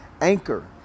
anchor